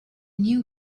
new